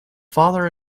father